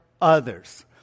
others